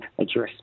address